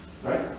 Right